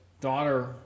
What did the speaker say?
daughter